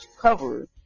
cover